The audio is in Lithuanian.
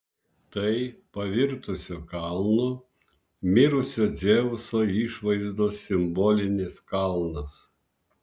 tai pavirtusio kalnu mirusio dzeuso išvaizdos simbolinis kalnas